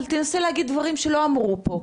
אבל תנסה להגיד דברים שלא אמרו פה,